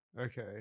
Okay